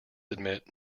admit